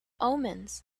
omens